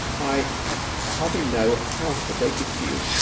i hardly know how to break it to you.